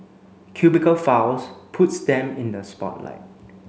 cubicle files puts them in the spotlight